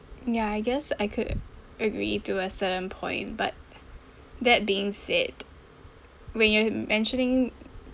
ya I guess I could agree to a certain point but that being said when you're mentioning